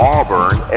Auburn